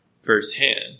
firsthand